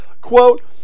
Quote